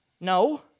No